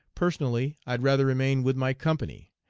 personally i'd rather remain with my company.